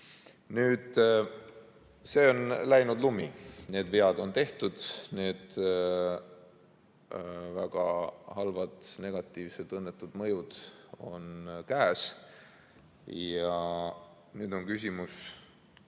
See on läinud lumi, need vead on tehtud, need väga halvad, negatiivsed, õnnetud mõjud on käes. Ja nüüd on küsimus